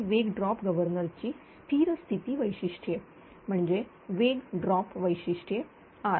ही वेग drop governor ची स्थिर स्थिती वैशिष्ट्ये म्हणजे वेग ड्रॉप वैशिष्ट्ये R